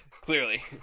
clearly